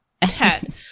Ted